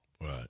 Right